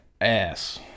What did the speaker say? ass